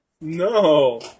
No